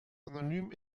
anonym